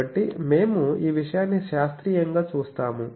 కాబట్టి మేము ఈ విషయాన్ని శాస్త్రీయంగా చూస్తాము